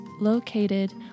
located